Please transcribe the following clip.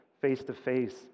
face-to-face